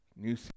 New